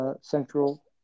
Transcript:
Central